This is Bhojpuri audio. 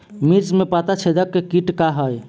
मिर्च में पता छेदक किट का है?